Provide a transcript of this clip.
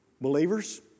Believers